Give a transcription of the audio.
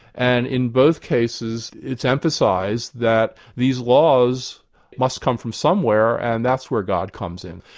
and in both cases it's emphasised that these laws must come from somewhere, and that's where god comes in.